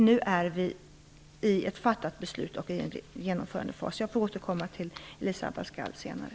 Nu har vi fattat ett beslut och är inne i en genomförandefas. Jag ber att få återkomma till Elisa Abascal Reyes senare.